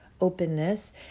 Openness